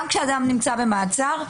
גם כשאדם נמצא במעצר,